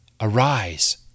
arise